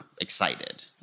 excited